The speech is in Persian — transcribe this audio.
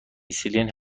سیلین